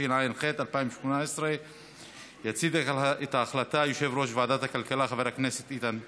התשע"ח 2018. יציג את ההחלטה יושב-ראש ועדת הכלכלה חבר הכנסת איתן כבל.